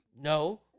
No